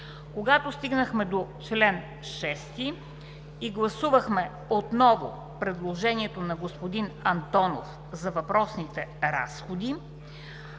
Когато стигнахме до чл. 6 и гласувахме отново предложението на господин Антонов за въпросните разходи,